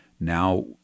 now